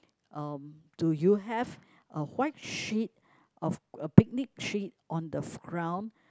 um do you have a white sheet of a picnic sheet on the ground